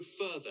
further